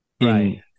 Right